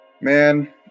Man